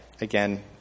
again